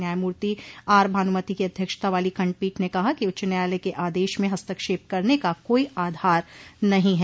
न्यायमूर्ति आरभानुमती की अध्यक्षता वाली खंडपीठ ने कहा कि उच्च न्यायालय के आदेश में हस्तक्षेप करने का कोई आधार नहीं है